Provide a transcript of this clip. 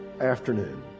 afternoon